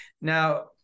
Now